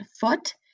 foot